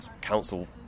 council